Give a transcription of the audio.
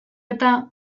eta